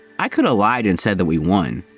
i could've lied and said that we won.